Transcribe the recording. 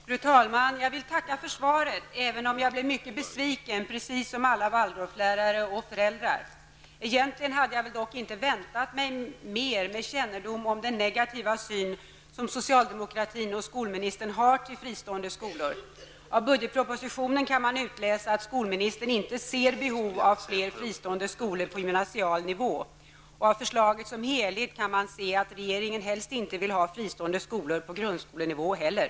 Fru talman! Jag vill tacka för svaret, även om jag, precis som alla Waldorflärare och föräldrar, blev mycket besviken. Egentligen hade jag dock inte väntat mig mer med kännedom om den negativa syn som socialdemokratin och skolministern har på fristående skolor. Av budgetpropositionen kan man utläsa att skolministern inte anser att det finns behov av fler fristående skolor på gymnasial nivå. Av förslaget som helhet kan man utläsa att regeringen helst inte vill ha fristående skolor på grundskolenivå heller.